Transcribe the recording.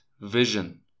vision